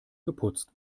geputzt